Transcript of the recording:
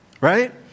Right